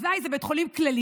אזי זה בית חולים כללי,